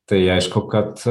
tai aišku kad